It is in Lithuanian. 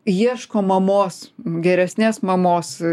ieško mamos geresnės mamos